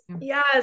Yes